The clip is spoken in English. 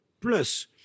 plus